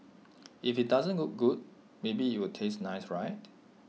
if IT doesn't look good maybe it'll taste nice right